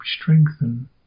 strengthen